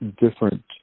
different